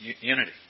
Unity